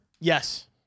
Yes